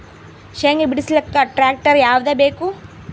ಶೇಂಗಾ ಬಿಡಸಲಕ್ಕ ಟ್ಟ್ರ್ಯಾಕ್ಟರ್ ಯಾವದ ಬೇಕು?